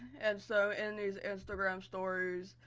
and so, in these instagram stories,